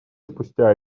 спустя